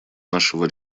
нашего